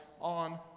on